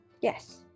Yes